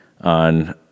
on